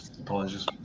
Apologies